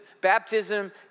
baptism